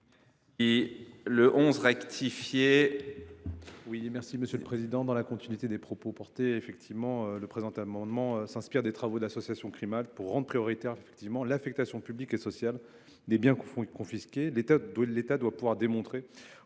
n° 11 rectifié.